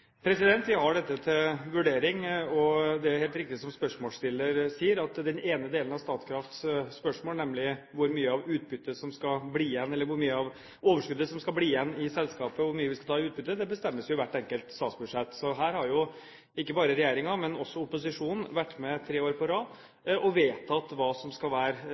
dette til vurdering. Det er helt riktig som spørsmålsstilleren sier, at den ene delen av Statkrafts spørsmål, nemlig hvor mye av overskuddet som skal bli igjen i selskapet, og hvor mye vi skal ta i utbytte, bestemmes i hvert enkelt statsbudsjett. Her har ikke bare regjeringen, men også opposisjonen vært med tre år på rad og vedtatt hva som skal være